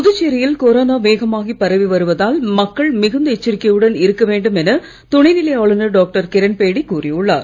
புதுச்சேரியில் கொரோனா வேகமாகப் பரவி வருவதால் மக்கள் மிகுந்த எச்சரிக்கையுடன் இருக்க வேண்டும் என துணைநிலை ஆளுநர் டாக்டர் கிரண்பேடி கூறியுள்ளார்